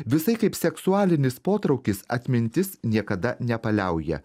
visai kaip seksualinis potraukis atmintis niekada nepaliauja